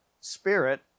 spirit